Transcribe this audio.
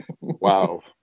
Wow